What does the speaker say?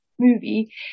movie